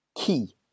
Key